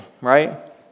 right